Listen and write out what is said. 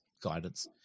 guidance